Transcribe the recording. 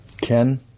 Ken